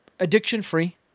addiction-free